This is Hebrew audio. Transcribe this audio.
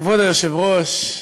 כבוד היושב-ראש,